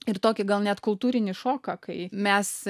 ir tokį gal net kultūrinį šoką kai mes